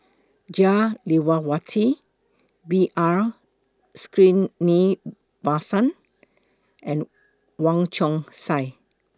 Jah Lelawati B R Sreenivasan and Wong Chong Sai